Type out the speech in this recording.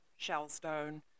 shellstone